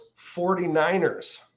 49ers